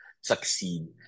succeed